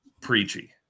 preachy